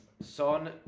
Son